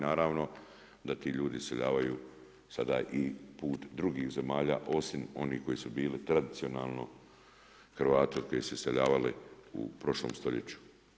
Naravno da ti ljudi iseljavaju sada i put drugih zemalja osim onih koje su bile tradicionalno Hrvati u koje su se iseljavali u prošlom stoljeću.